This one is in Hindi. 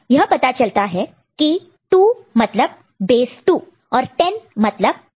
इससे यह पता चलता है 2 मतलब बेस् 2 और 10 मतलब बेस 10 है